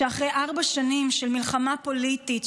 שאחרי ארבע שנים של מלחמה פוליטית,